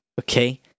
Okay